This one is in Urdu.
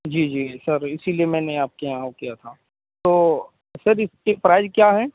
جی جی سر اسی لیے میں نے آپ کے یہاں وہ کیا تھا تو سر اس کے پرائیز کیا ہیں